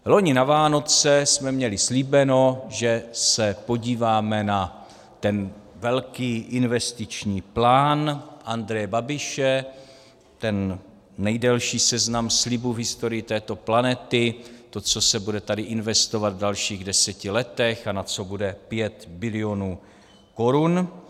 Loni na Vánoce jsme měli slíbeno, že se podíváme na ten velký investiční plán Andreje Babiše, ten nejdelší seznam slibů v historii této planety, to, co se bude tady investovat v dalších deseti letech a na co bude 5 bilionů korun.